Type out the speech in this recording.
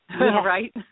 right